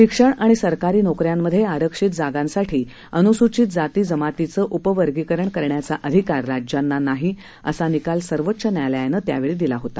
शिक्षण आणि सरकारी नोकऱ्यांमध्ये आरक्षित जागांसाठी अनुसुचित जाती जमातीचं उपवर्गीकरणं करण्याचा अधिकार राज्याना नाही असा निकाल सर्वोच्च न्यायालयानं त्यावेळी दिला होता